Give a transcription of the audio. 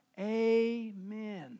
amen